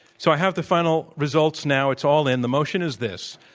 so i have the final results now. it's all in. the motion is this,